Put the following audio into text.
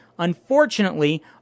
Unfortunately